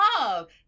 love